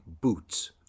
boots